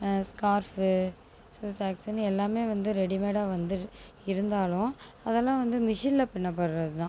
scarf shoe சாக்ஸ்னு எல்லாமே வந்து ரெடிமேடாக வந்து இருந்தாலும் அதெலான் வந்து மிஷினில் பின்ன படுகிறது தான்